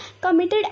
committed